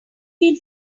feel